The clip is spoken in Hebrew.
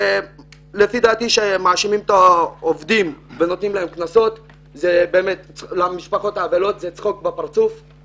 לפי דעתי זה שנותנים קנסות לעובדים זה פשוט צחוק בפרצוף למשפחות האבלות,